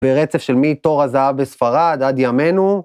ברצף של מטור הזהב בספרד עד ימינו.